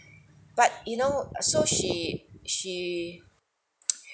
but you know uh so she she